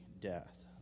death